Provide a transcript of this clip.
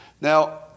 Now